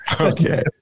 Okay